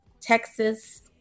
Texas